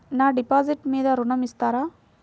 నా డిపాజిట్ మీద ఋణం ఇస్తారా?